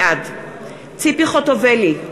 בעד ציפי חוטובלי,